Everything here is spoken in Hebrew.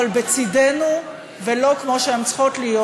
אבל בצדנו ולא כמו שהן צריכות להיות,